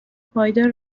پایدار